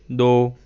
ਦੋ